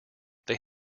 they